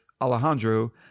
Alejandro